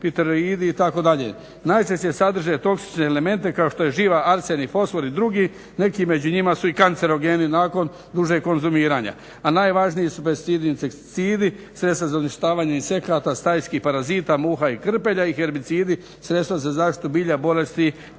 piteroidi itd. Najčešće sadrže toksične elemente kao što je živa, arsen i fosfor i drugi, neki među njima su i kancerogeni nakon dužeg konzumiranja, a najvažniji su pesticidi i insekticidi, sredstva za uništavanje insekata, stajskih parazita, muha i krpelja i herbicidi, sredstva za zaštitu bilja bolesti